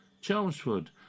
Chelmsford